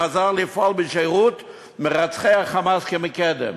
חזר לפעול בשירות מרצחי ה"חמאס" כמקדם.